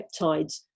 peptides